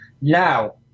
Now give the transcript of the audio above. Now